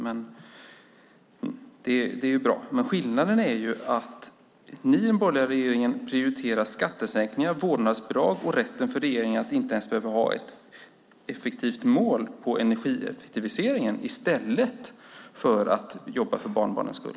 Det är bra, men skillnaden är att ni i den borgerliga regeringen prioriterar skattesänkningar, vårdnadsbidrag och rätten för regeringen att inte ens behöva ha ett effektivt mål för energieffektiviseringen i stället för att jobba för barnbarnens skull.